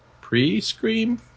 pre-Scream